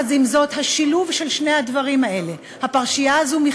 עם זאת, השילוב של שני הדברים האלה, הפרשייה הזאת,